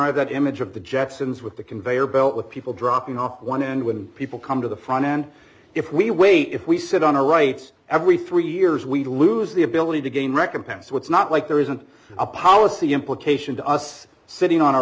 honor that image of the jetsons with the conveyor belt with people dropping off one end when people come to the front and if we wait if we sit on our rights every three years we lose the ability to gain recompense so it's not like there isn't a policy implication to us sitting on our